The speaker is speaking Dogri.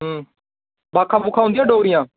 भाखां भूखां औंदियां डोगरी दियां